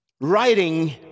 writing